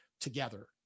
together